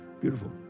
Beautiful